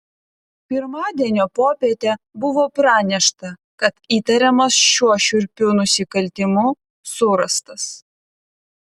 pirmadienio popietę buvo pranešta kad įtariamas šiuo šiurpiu nusikaltimu surastas